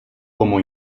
como